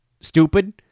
stupid